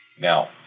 Now